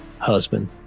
husband